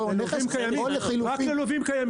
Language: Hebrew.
אותו נכס או לחילופין --- רק ללווים קיימים.